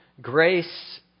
grace